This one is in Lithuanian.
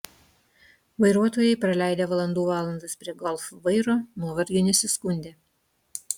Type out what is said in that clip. vairuotojai praleidę valandų valandas prie golf vairo nuovargiu nesiskundė